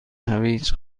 هویج